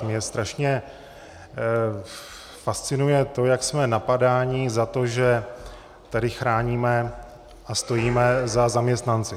Mě strašně fascinuje to, jak jsme napadáni za to, že tady chráníme a stojíme za zaměstnanci.